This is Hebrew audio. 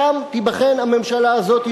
שם תיבחן הממשלה הזאת,